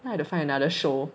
now I have to find another show